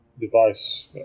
device